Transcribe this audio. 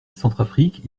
centrafrique